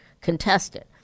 contested